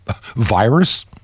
virus